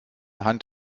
hand